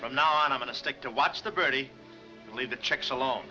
from now on i'm gonna stick to watch the birdie leave the checks alone